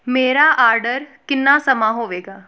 ਮੇਰਾ ਆਰਡਰ ਕਿੰਨਾ ਸਮਾਂ ਹੋਵੇਗਾ